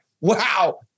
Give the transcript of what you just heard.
wow